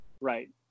Right